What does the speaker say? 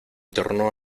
torno